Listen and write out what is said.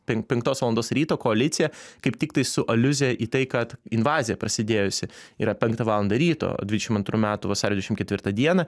pin penktos valandos ryto koaliciją kaip tiktai su aliuzija į tai kad invazija prasidėjusi yra penktą valandą ryto dvidešim antrų metų vasario dvidešim ketvirtą dieną